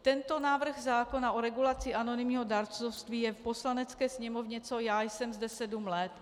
Tento návrh zákona o regulaci anonymního dárcovství je v Poslanecké sněmovně, co já jsem zde, sedm let.